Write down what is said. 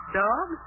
dog